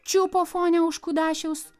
čiupo fone už kudašiaus